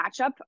matchup